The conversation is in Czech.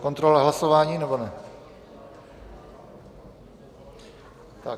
Kontrola hlasování, nebo ne?